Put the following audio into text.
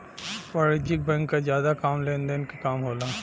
वाणिज्यिक बैंक क जादा काम लेन देन क काम होला